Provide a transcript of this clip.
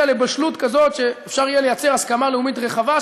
לבשלות כזאת שאפשר יהיה לייצר הסכמה לאומית רחבה,